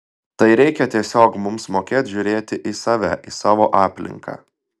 tai reikia tiesiog mums mokėt žiūrėti į save į savo aplinką